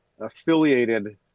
affiliated